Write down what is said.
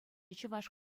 чӑваш